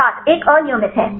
छात्र एक अनियमित है